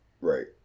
Right